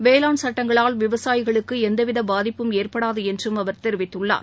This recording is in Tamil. வேளாண் சுட்டங்களால் விவசாயிகளுக்கு எந்தவித பாதிப்பும் ஏற்படாது என்றும் அவர் தெரிவித்துள்ளார்